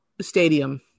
Stadium